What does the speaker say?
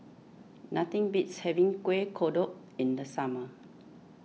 nothing beats having Kueh Kodok in the summer